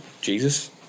Jesus